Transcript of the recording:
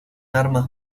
armas